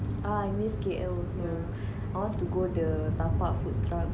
ah I miss K_L also I want to go the tapak food truck